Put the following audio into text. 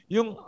Yung